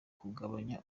kugabanya